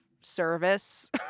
service